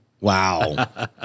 Wow